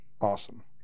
Awesome